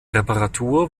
reparatur